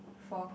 four